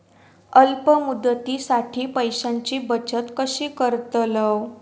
अल्प मुदतीसाठी पैशांची बचत कशी करतलव?